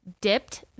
dipped